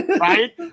right